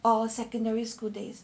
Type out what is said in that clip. or secondary school days